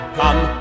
come